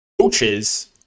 coaches